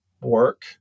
work